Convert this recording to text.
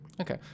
Okay